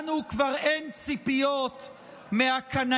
לנו כבר אין ציפיות מהקנאים,